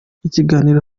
ibiganiro